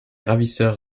ravisseurs